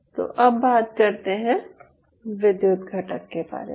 तो अब बात करते हैं विद्युत घटक के बारे में